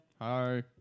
Hi